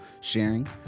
sharing